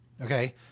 okay